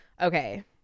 okay